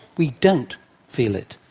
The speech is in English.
we don't feel it.